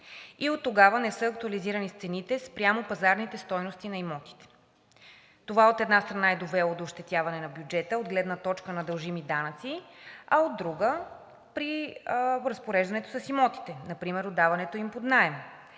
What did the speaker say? Оттогава не са актуализирани цените спрямо пазарните стойности на имотите. Това, от една страна, е довело до ощетяване на бюджета от гледна точка на дължими данъци, а от друга, при разпореждането с имотите, например отдаването им под наем.